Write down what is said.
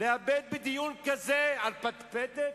לאבד בדיון כזה זמן על פטפטת?